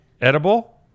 edible